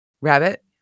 Rabbit